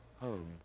home